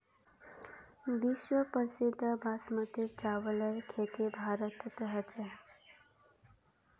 विश्व प्रसिद्ध बासमतीर चावलेर खेती भारतत ह छेक